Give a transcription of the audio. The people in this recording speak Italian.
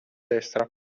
destra